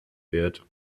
wird